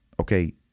Okay